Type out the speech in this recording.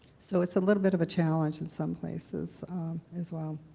so, it's a little bit of a challenge in some places as well.